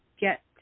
get